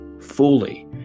fully